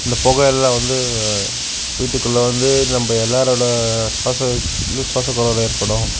அந்த பொகை எல்லாம் வந்து வீட்டுக்குள்ள வந்து நம்ம எல்லாரோடய சுவாச சுவாசக் கோளாறு ஏற்படும்